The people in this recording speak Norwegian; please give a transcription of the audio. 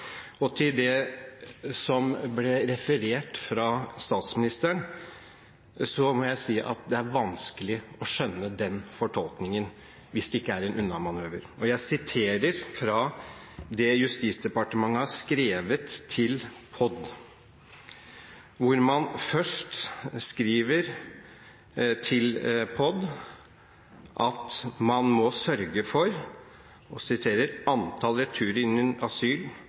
Til det som ble referert av statsministeren, må jeg si at det er vanskelig å skjønne den fortolkningen – hvis det ikke er en unnamanøver. Jeg siterer fra det Justisdepartementet har skrevet til POD, hvor man først skriver at «antall returer innen asyl har vært for